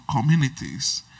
communities